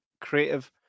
creative